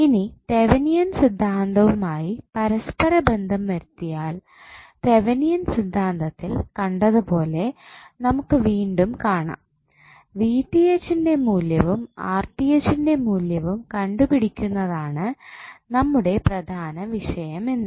ഇനി തെവനിയൻ സിദ്ധാന്തവുമായി പരസ്പരബന്ധം വരുത്തിയാൽ തെവനിയൻ സിദ്ധാന്തത്തിൽ കണ്ടതുപോലെ നമുക്ക് വീണ്ടും കാണാം ൻ്റെ മൂല്യവും ൻ്റെ മൂല്യവും കണ്ടുപിടിക്കുന്നാതാണ് നമ്മുടെ പ്രധാന വിഷയം എന്ന്